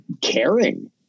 caring